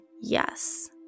Yes